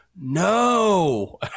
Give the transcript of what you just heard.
no